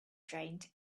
trained